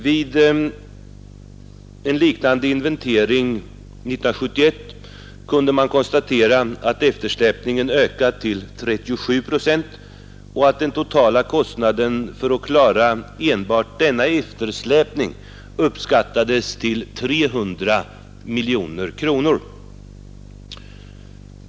Vid en liknande inventering 1971 kunde man konstatera att eftersläpningen ökat till 37 procent och att den totala kostnaden för att klara enbart denna eftersläpning uppskattades till 300 miljoner kronor.